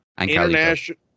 International